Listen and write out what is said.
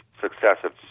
successive